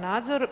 nadzor.